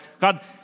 God